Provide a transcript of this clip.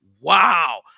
wow